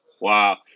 Wow